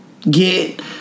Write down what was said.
get